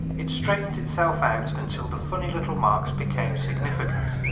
it straightened itself out until the funny little marks became significant.